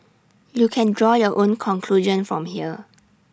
you can draw your own conclusion from here